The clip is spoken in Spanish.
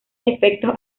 efectos